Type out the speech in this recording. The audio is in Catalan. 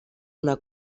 una